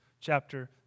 chapter